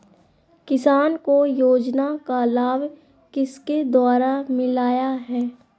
किसान को योजना का लाभ किसके द्वारा मिलाया है?